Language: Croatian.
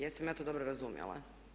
Jesam ja to dobro razumjela?